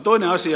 toinen asia